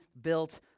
built